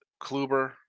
Kluber